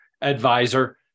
advisor